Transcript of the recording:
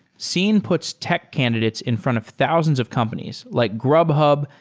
seen puts tech candidates in front of thousands of companies, like grubhub,